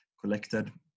collected